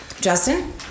Justin